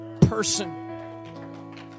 person